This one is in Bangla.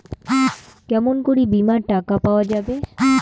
কেমন করি বীমার টাকা পাওয়া যাবে?